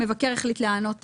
המבקר החליט להיענות,